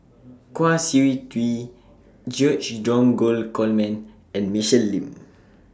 Kwa Siew Tee George Dromgold Coleman and Michelle Lim